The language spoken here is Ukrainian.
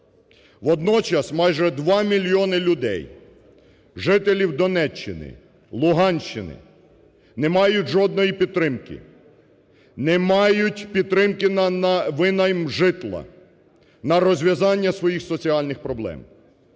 Водночас майже два мільйони людей – жителів Донеччини, Луганщини не мають жодної підтримки, не мають підтримки на винайм житла, на розв'язання своїх соціальних проблем.